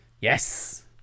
Yes